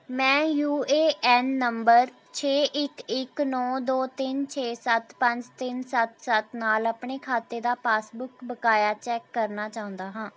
ਮੈਂ U A N number ਛੇ ਇੱਕ ਇੱਕ ਨੌ ਦੋ ਤਿੰਨ ਛੇ ਸੱਤ ਪੰਜ ਤਿੰਨ ਸੱਤ ਸੱਤ ਨਾਲ ਆਪਣੇ ਖਾਤੇ ਦਾ ਪਾਸਬੁੱਕ ਬਕਾਇਆ ਚੈੱਕ ਕਰਨਾ ਚਾਹੁੰਦਾ ਹਾਂ